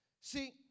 See